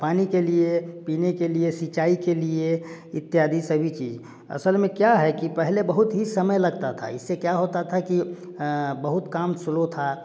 पानी के लिए पीने के लिए सिंचाई के लिए इत्यादि सभी चीज असल में क्या है कि पहले बहुत ही समय लगता था इससे क्या होता था कि बहुत काम स्लो था